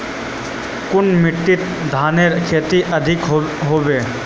कुन माटित धानेर खेती अधिक होचे?